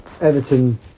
Everton